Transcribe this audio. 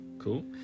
cool